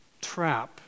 trap